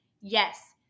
Yes